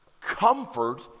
comfort